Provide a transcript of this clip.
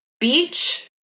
Beach